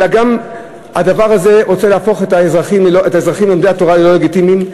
אלא גם הדבר הזה רוצה להפוך את האזרחים לומדי התורה ללא לגיטימיים,